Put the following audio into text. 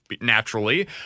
Naturally